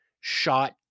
shot